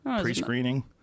Pre-screening